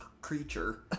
creature